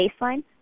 baseline